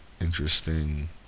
interesting